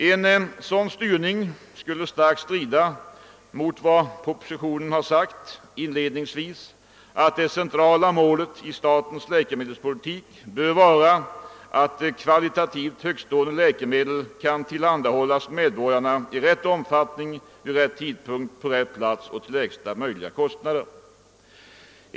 En sådan styrning skulle starkt strida mot vad som sägs inledningsvis i propositionen om att det centrala målet i statens läkemedelspolitik bör vara att kvalitativt högtstående läkemedel kan tillhandahållas medborgarna i rätt omfattning, vid rätt tidpunkt, på rätt plats och till lägsta möjliga kostnader.